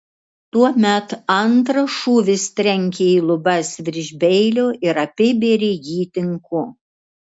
tuomet antras šūvis trenkė į lubas virš beilio ir apibėrė jį tinku